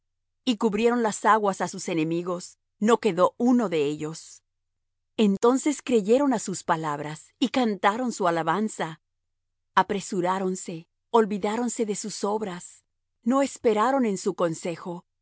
y cubrieron las aguas á sus enemigos no quedó uno de ellos entonces creyeron á sus palabras y cantaron su alabanza apresuráronse olvidáronse de sus obras no esperaron en su consejo